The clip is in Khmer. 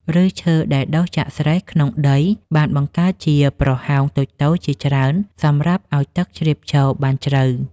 ឫសឈើដែលដុះចាក់ស្រែះក្នុងដីបានបង្កើតជាប្រហោងតូចៗជាច្រើនសម្រាប់ឱ្យទឹកជ្រាបចូលបានជ្រៅ។